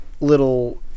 little